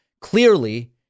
Clearly